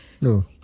no